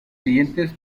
siguientes